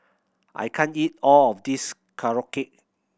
I can't eat all of this Korokke